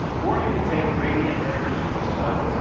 or you could take radiant energy from the sun,